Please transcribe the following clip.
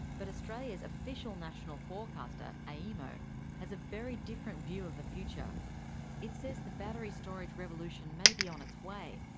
but australia's official national forecaster, aemo, has a very different view of the future it says the battery storage revolution may be on its way,